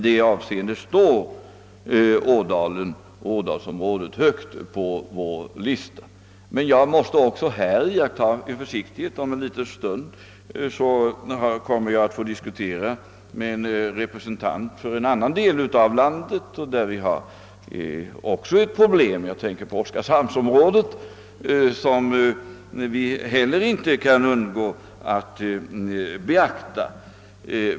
Och där står ådalsområdet högt på vår lista. Men även i det fallet måste jag iaktta en viss försiktighet, eftersom jag om en stund kommer att diskutera med en representant för en annan del av landet, där det också finns stora problem, nämligen oskarshamnsområdet. De problemen kan vi inte heller undgå att beakta.